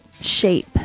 shape